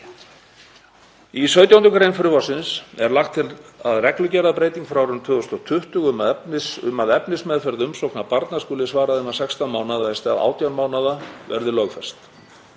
Í 17. gr. frumvarpsins er lagt til að reglugerðarbreyting frá árinu 2020, um að efnismeðferð umsókna barna skuli svarað innan 16 mánaða í stað 18 mánaða, verði lögfest.